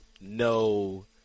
No